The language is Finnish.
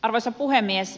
arvoisa puhemies